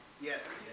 Yes